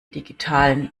digitalen